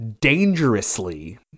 dangerously